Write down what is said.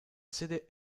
sede